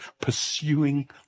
pursuing